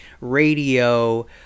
radio